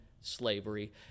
slavery